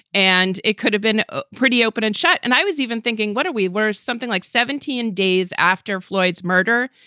and it could have been ah pretty open and shut. and i was even thinking, what do we where something like seventeen days after floyds murder.